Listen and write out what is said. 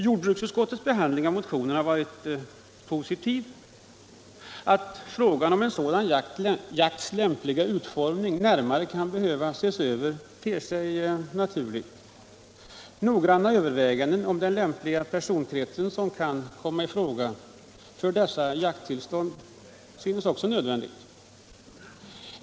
Jordbruksutskottets behandling av motionen har varit positiv. Att frågan om en sådan jakts lämpliga utformning närmare kan behöva ses över ter sig naturligt. Noggranna överväganden om den lämpliga personkrets som kan komma i fråga för dessa jakttillstånd synes också vara nödvändiga.